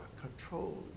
control